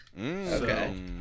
Okay